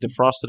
defrosted